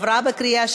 נתקבל.